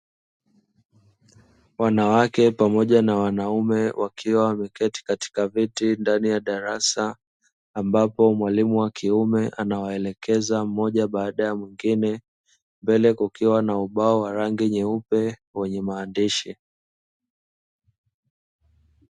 Wanawake pamoja na wanaume wakiwa wameketi katika viti ndani ya darasa, ambapo mwalimu wa kiume anawaelekeza mmoja baada ya mwingine, mbele kukiwa na ubao wa rangi nyeupe wenye maandishi.